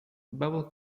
bubble